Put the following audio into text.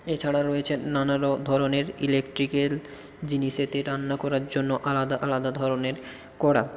এছাড়া রয়েছে নানা ধরনের ইলেকট্রিক্যাল জিনিসেতে রান্না করার জন্য আলাদা আলাদা ধরনের কড়া